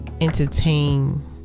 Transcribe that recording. entertain